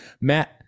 Matt